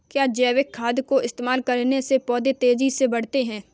क्या जैविक खाद का इस्तेमाल करने से पौधे तेजी से बढ़ते हैं?